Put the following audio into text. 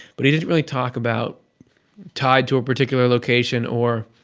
but he didn't really talk about tied to a particular location or